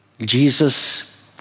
Jesus